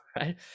right